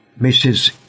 Mrs